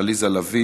עליזה לביא,